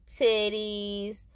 titties